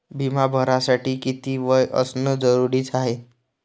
बिमा भरासाठी किती वय असनं जरुरीच हाय?